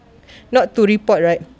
not to report right